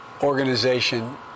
ORGANIZATION